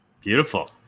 Beautiful